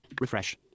refresh